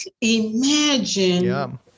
Imagine